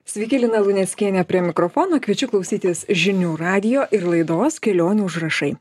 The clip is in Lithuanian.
sveiki lina luneckienė prie mikrofono kviečiu klausytis žinių radijo ir laidos kelionių užrašai